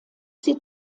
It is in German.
sie